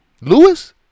Lewis